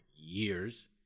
years